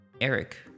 Eric